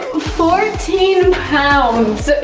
fourteen pounds.